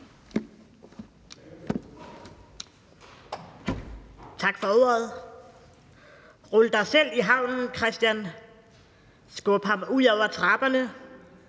Tak for ordet. Rul dig selv i havnen, Kristian. Skub ham ud over trapperne.